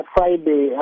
Friday